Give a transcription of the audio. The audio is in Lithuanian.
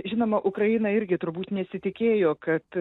žinoma ukraina irgi turbūt nesitikėjo kad